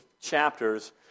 chapters